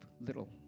little